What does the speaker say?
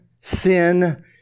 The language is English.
sin